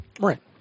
Right